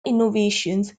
innovations